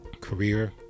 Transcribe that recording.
career